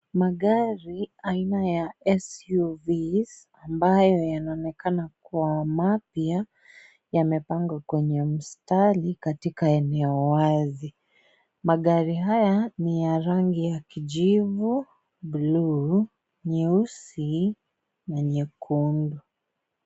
Magari aina ya SUV's , ambayo yanaonekana kuwa mapya, yamepangwa kwenye msitari katika eneo wazi. Magari haya ni ya rangi ya kijivu, buluu, nyeusi na nyekundu.